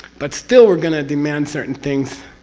but still we're going to demand certain things